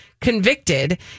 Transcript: Convicted